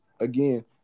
again